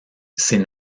c’est